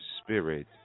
spirit